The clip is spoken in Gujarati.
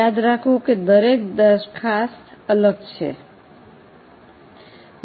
યાદ રાખો કે દરેક દરખાસ્ત અલગ છે